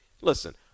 Listen